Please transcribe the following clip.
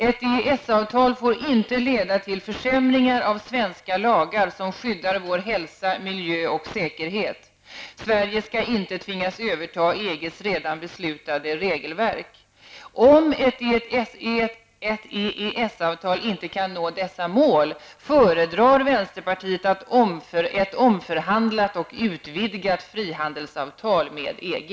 Ett EES-avtal får inte leda till försämringar av svenska lagar som skyddar vår hälsa, miljö och säkerhet. Sverige ska inte tvingas överta EGs redan beslutade regelverk. Om ett EES-avtal inte kan nå dessa mål föredrar vänsterpartiet ett omförhandlat utvidgat frihandelsavtal med EG.''